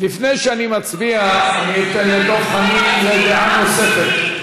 לפני שאני מצביע, אני אתן לדב חנין דעה נוספת.